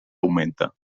augmenta